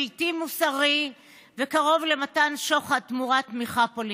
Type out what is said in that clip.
בלתי מוסרי וקרוב למתן שוחד תמורת תמיכה פוליטית.